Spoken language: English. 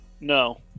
No